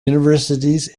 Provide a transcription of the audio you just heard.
universities